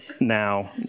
now